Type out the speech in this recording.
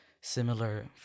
similar